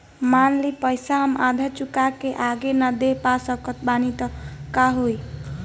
मान ली पईसा हम आधा चुका के आगे न दे पा सकत बानी त का होई?